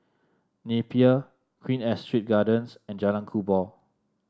Napier Queen Astrid Gardens and Jalan Kubor